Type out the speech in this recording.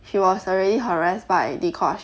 she was already harassed by dee-kosh